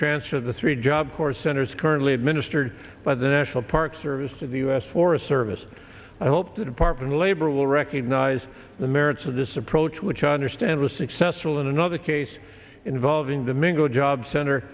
transfer the three job corps centers currently administered by the national park service to the u s forest service i hope the department of labor will recognize the merits of this approach which i understand was successful in another case involving the mingle job cent